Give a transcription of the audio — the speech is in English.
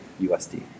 USD